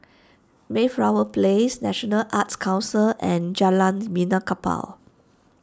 Mayflower Place National Arts Council and Jalan Benaan Kapal